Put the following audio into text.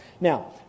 Now